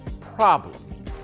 problem